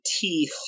teeth